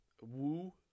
Woo